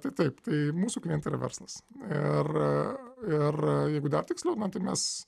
tai taip tai mūsų klientai yra verslas ir ir jeigu dar tiksliau na tai mes